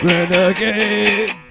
Renegade